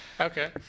Okay